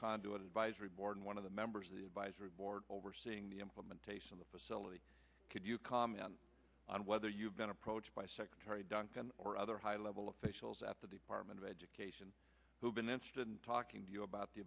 conduit advisory board and one of the members of the advisory board overseeing the implementation of the facility could you comment on whether you've been approached by secretary duncan or other high level officials at the department of education who've been interested in talking to you about the